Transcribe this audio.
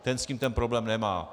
Ten s tím ten problém nemá.